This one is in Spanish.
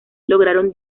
lograron